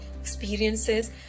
experiences